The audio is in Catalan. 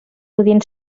podien